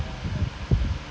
how to say like